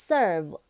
Serve